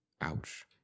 Ouch